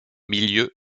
milieux